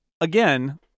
again